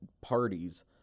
parties